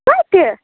کَتہِ